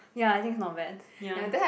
ya I think it's not bad ya